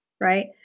right